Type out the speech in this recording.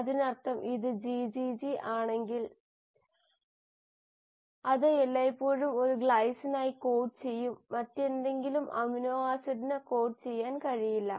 അതിനർത്ഥം ഇത് GGG ആണെങ്കിൽ അത് എല്ലായ്പ്പോഴും ഒരു ഗ്ലൈസിനായി കോഡ് ചെയ്യും മറ്റേതെങ്കിലും അമിനോ ആസിഡിന് കോഡ് ചെയ്യാൻ കഴിയില്ല